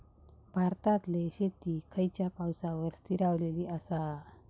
भारतातले शेती खयच्या पावसावर स्थिरावलेली आसा?